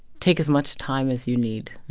take as much time as you need